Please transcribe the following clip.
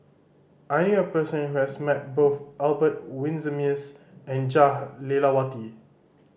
I knew a person who has met both Albert Winsemius and Jah Lelawati